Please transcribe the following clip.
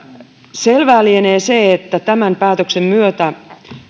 selvää lienee se että tämän päätöksen myötä